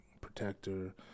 protector